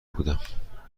بودم